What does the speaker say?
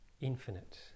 infinite